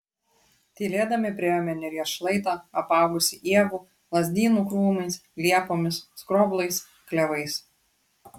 tylėdami priėjome neries šlaitą apaugusį ievų lazdynų krūmais liepomis skroblais klevais